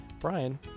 Brian